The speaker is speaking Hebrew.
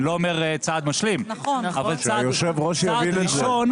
אני לא אומר צעד משלים, אבל צעד ראשון.